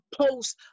post